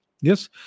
Yes